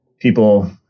people